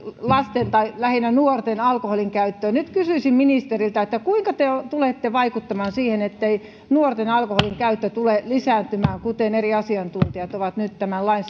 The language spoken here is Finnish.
lasten tai lähinnä nuorten alkoholinkäyttöön nyt kysyisin ministeriltä kuinka te tulette vaikuttamaan siihen ettei nuorten alkoholinkäyttö tule lisääntymään kuten eri asiantuntijat ovat nyt tämän lain